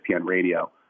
Radio